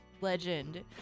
legend